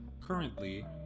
currently